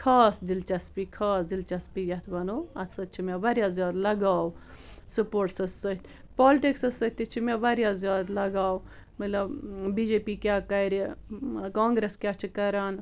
خاص دلچسپی خاص دلچسپی یَتھ وَنو اَتھ سۭتۍ چھِ مےٚ واریاہ زیادٕ لَگاو سُپوٹسَس سۭتۍ پالِٹِکسس سۭتۍ تہِ چھِ مےٚ واریاہ زیادٕ لَگاو مطلب بی جے پی کیٛاہ کَرِ کانٛگریس کیٛاہ چھِ کَران